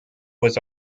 was